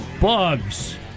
bugs